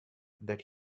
that